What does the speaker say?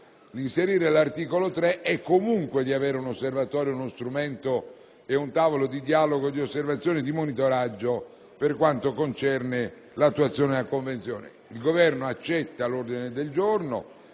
Inserire l'articolo 3 è comunque un impegno ad avere nell'Osservatorio uno strumento e un tavolo di dialogo, di osservazione e di monitoraggio per quanto concerne l'attuazione della Convenzione. Il Governo accoglie quindi l'ordine del giorno,